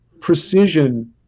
precision